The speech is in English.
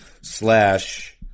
slash –